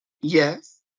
Yes